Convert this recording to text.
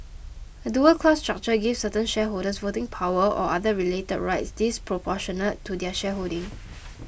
a dual class structure gives certain shareholders voting power or other related rights disproportionate to their shareholding